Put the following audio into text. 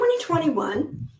2021